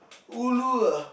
ulu ah